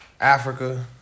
Africa